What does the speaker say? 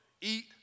eat